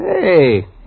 Hey